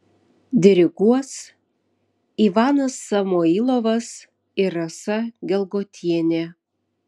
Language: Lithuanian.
diriguos ivanas samoilovas ir rasa gelgotienė